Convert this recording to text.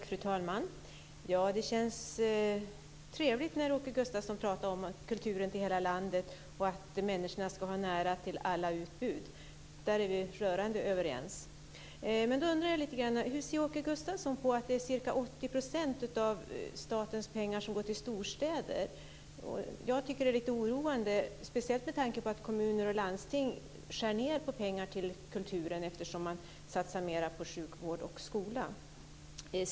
Fru talman! Det känns trevligt när Åke Gustavsson pratar om kulturen i hela landet och att människor ska ha nära till alla utbud. Där är vi rörande överens. Men jag undrar hur Åke Gustavsson ser på att det är ca 80 % av statens pengar som går till storstäder. Jag tycker att det är lite oroande, speciellt med tanke på att kommuner och landsting skär ned pengarna till kulturen eftersom man satsar mer på sjukvård och skola.